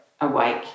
awake